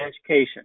education